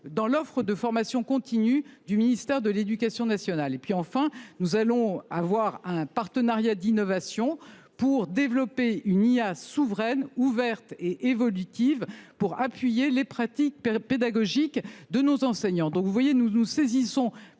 dans l’offre de formation continue du ministère de l’éducation nationale. Enfin, nous allons mettre en place un partenariat d’innovation pour développer une IA souveraine, ouverte et évolutive, afin d’appuyer les pratiques pédagogiques de nos enseignants. Vous le constatez, nous nous saisissons